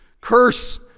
Curse